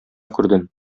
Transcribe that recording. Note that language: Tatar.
күрдем